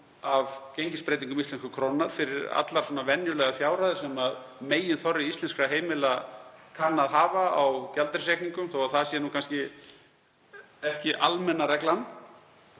af gengisbreytingum íslensku krónunnar fyrir allar venjulegar fjárhæðir sem meginþorri íslenskra heimila kann að hafa á gjaldeyrisreikningum þó að það sé nú kannski ekki almenna reglan.